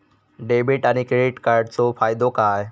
Debit आणि credit कार्डचो फायदो काय?